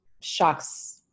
shocks